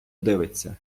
дивиться